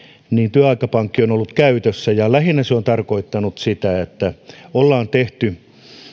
työaikapankki on ollut käytössä lähinnä se on tarkoittanut sitä että on tehty